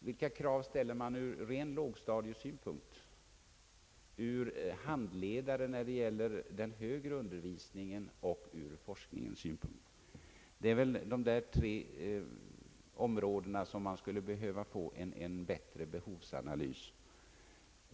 Vilka krav ställer man när det gäller den högre utbildningen ur ren lågstadiesynpunkt, ur handledarsynpunkt och ur forskningssynpunkt? Det är väl beträffande dessa tre områden som vi skulle behöva få en bättre behovsanalys.